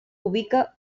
ubica